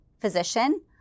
physician